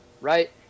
right